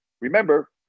remember